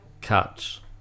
catch